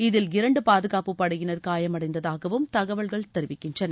இதில் இரண்டு பாதுகாப்பு படையினர் காயமடைந்ததாகவும் தகவல்கள் தெரிவிக்கின்றன